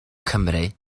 cymru